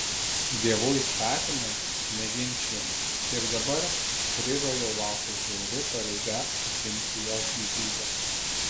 dievų įstatymai neginčijami ir dabar krivio jau laukia žiauri pareiga atimti jos gyvybę